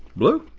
blue?